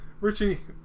Richie